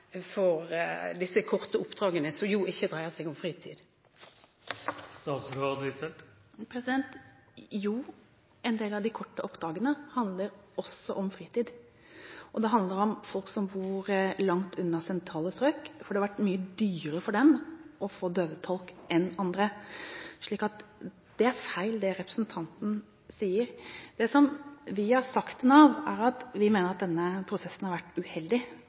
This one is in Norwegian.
for disse korte oppdragene, som jo ikke dreier seg om fritid. En del av de korte oppdragene handler også om fritid. Og det handler om folk som bor langt unna sentrale strøk, for det har vært mye dyrere for dem å få døvetolk enn for andre. Så det er feil det representanten sier. Det vi har sagt til Nav, er at vi mener at denne prosessen har vært uheldig,